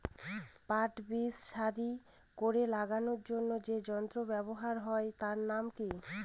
পাট বীজ সারি করে লাগানোর জন্য যে যন্ত্র ব্যবহার হয় তার নাম কি?